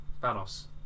Banos